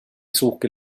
سوق